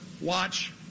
watch